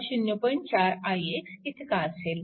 4 ix इतका असेल